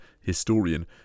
historian